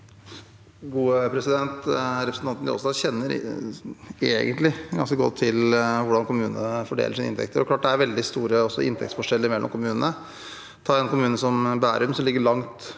Re- presentanten Njåstad kjenner egentlig ganske godt til hvordan kommunene fordeler sine inntekter. Det er klart det også er veldig store inntektsforskjeller mellom kommunene. En kommune som Bærum, som ligger langt